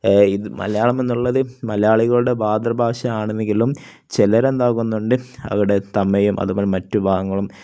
ഇത് മലയാളമെന്നുള്ളതു മലയാളികളുടെ മാതൃഭാഷ ആണെന്നെങ്കിലും ചിലരെന്താകുന്നുണ്ട് അവിടെ തമിഴും അതുപോലെ മറ്റു ഭാഗങ്ങളും